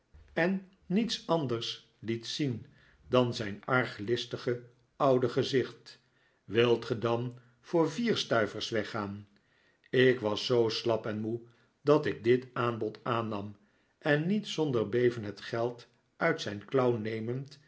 en niets anders liet zien dan zijn arglistige oude gezicht wilt ge dan voor vier stuivers weggaan ik was zoo slap en moe dat ik dit aanbod aannam en niet zonder beven het geld uit zijn klauw nemend